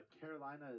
Carolina